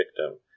victim